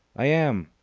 i am!